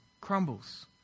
crumbles